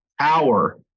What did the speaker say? power